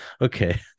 okay